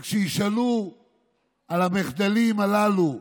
וכשישאלו על המחדלים הללו,